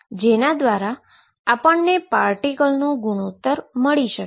જેના દ્વારા આપણને પાર્ટીકલનો ગુણોતર મળી શકે છે